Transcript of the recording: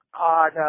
on